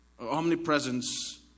Omnipresence